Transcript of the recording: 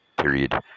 period